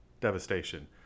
devastation